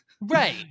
right